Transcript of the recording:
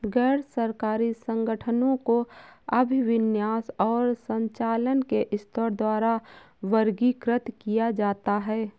गैर सरकारी संगठनों को अभिविन्यास और संचालन के स्तर द्वारा वर्गीकृत किया जाता है